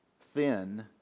thin